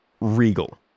regal